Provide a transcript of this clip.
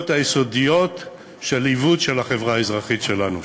היסודיות של עיוות של החברה האזרחית שלנו,